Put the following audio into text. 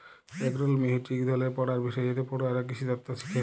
এগ্রোলমি হছে ইক ধরলের পড়ার বিষয় যাতে পড়ুয়ারা কিসিতত্ত শিখে